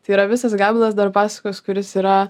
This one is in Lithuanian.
tai yra visas gabalas dar pasakos kuris yra